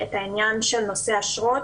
את העניין של נושא האשרות.